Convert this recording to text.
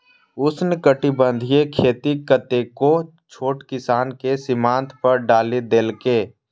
उष्णकटिबंधीय खेती कतेको छोट किसान कें सीमांत पर डालि देलकै